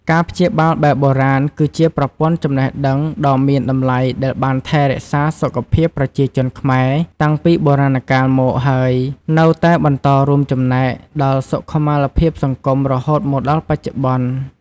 ការព្យាបាលបែបបុរាណ គឺជាប្រព័ន្ធចំណេះដឹងដ៏មានតម្លៃដែលបានថែរក្សាសុខភាពប្រជាជនខ្មែរតាំងពីបុរាណកាលមក ហើយនៅតែបន្តរួមចំណែកដល់សុខុមាលភាពសង្គមរហូតមកដល់បច្ចុប្បន្ន។